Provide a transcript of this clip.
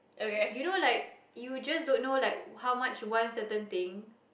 you know like you just don't know like how much one certain thing